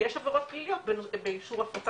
ויש עבירות פליליות בנושא התפוצה.